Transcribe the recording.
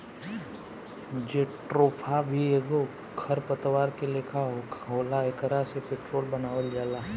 jatropha भी एगो खर पतवार के लेखा होला एकरा से पेट्रोल बनावल जाला